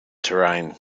terrain